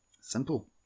Simple